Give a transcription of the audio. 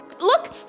look